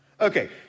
Okay